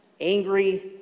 angry